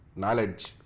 knowledge